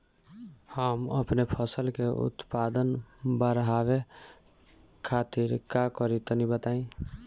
हम अपने फसल के उत्पादन बड़ावे खातिर का करी टनी बताई?